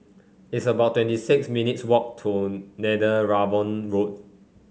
it's about twenty six minutes walk to Netheravon Road